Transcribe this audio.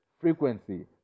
frequency